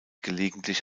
gelegentlich